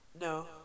no